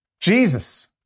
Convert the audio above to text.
Jesus